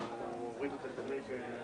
דנים ברוויזיה על החלטת ועדת הכנסת